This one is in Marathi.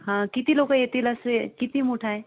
हां किती लोकं येतील असे किती मोठं आहे